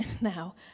now